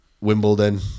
Wimbledon